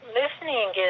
listening